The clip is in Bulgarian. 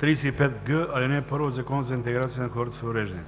35г, ал. 1 от Закона за интеграция на хората с увреждания.